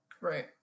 Right